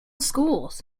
schools